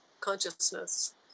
consciousness